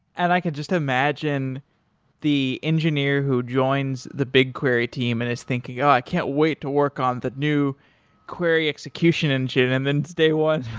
and i could just imagine the engineer who joins the bigquery team and is thinking, yeah i can't wait to work on the new query execution engine. and then it's day one,